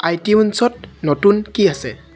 আইটিউন্ছত নতুন কি আছে